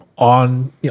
on